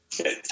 Okay